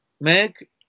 make